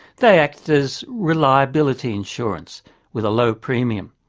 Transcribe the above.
they act as reliability insurance with a low premium.